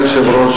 אדוני היושב-ראש,